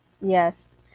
Yes